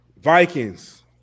Vikings